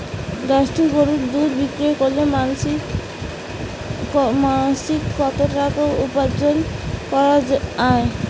দশটি গরুর দুধ বিক্রি করে মাসিক কত টাকা উপার্জন করা য়ায়?